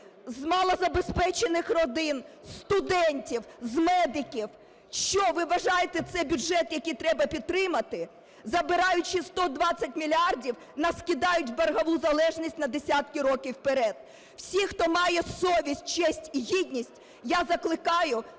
з малозабезпечених родин, зі студентів, з медиків. Що, ви вважаєте це бюджет, який треба підтримати? Забираючи 120 мільярдів, нас кидають в боргову залежність на десятків років вперед. Всі, хто має совість, честь і гідність я закликаю